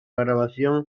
grabación